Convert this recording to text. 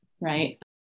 right